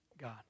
God